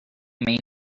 may